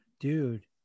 Dude